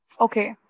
Okay